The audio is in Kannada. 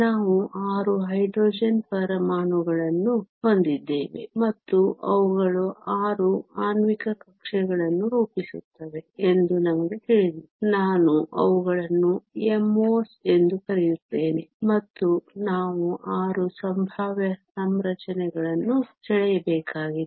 ನಾವು 6 ಹೈಡ್ರೋಜನ್ ಪರಮಾಣುಗಳನ್ನು ಹೊಂದಿದ್ದೇವೆ ಮತ್ತು ಅವುಗಳು 6 ಆಣ್ವಿಕ ಕಕ್ಷೆಗಳನ್ನು ರೂಪಿಸುತ್ತವೆ ಎಂದು ನಮಗೆ ತಿಳಿದಿದೆ ನಾನು ಅವುಗಳನ್ನು MOs ಎಂದು ಕರೆಯುತ್ತೇನೆ ಮತ್ತು ನಾವು 6 ಸಂಭಾವ್ಯ ಸಂರಚನೆಗಳನ್ನು ಸೆಳೆಯಬೇಕಾಗಿದೆ